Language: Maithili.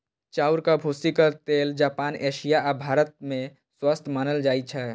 चाउरक भूसीक तेल जापान, एशिया आ भारत मे स्वस्थ मानल जाइ छै